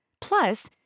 Plus